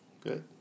good